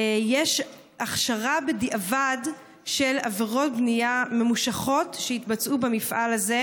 יש הכשרה בדיעבד של עבירות בנייה ממושכות שהתבצעו במפעל הזה,